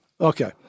Okay